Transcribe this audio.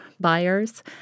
buyers